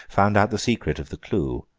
found out the secret of the clue,